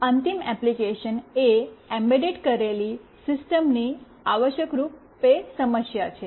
અંતિમ ઇમ્પ્લિમેન્ટેશન એ એમ્બેડ કરેલી સિસ્ટમની આવશ્યક રૂપે સમસ્યા છે